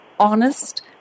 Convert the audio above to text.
honest